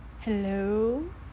Hello